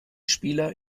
spieler